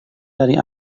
dari